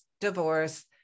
divorce